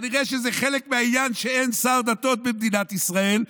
כנראה שזה חלק מהעניין שאין שר דתות במדינת ישראל,